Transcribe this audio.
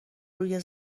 روی